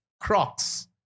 Crocs